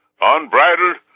unbridled